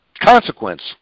consequence